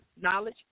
knowledge